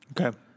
Okay